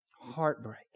heartbreak